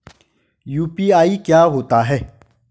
UPI क्या होता है?